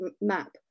map